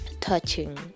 Touching